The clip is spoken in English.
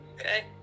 Okay